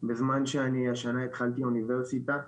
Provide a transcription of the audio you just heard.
בזמן שאני השנה התחלתי אוניברסיטה.